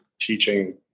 teaching